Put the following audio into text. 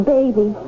baby